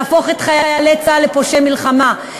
להפוך את חיילי צה"ל לפושעי מלחמה,